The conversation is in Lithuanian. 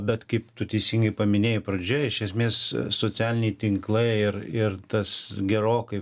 bet kaip tu teisingai paminėjai pradžioj iš esmės socialiniai tinklai ir ir tas gerokai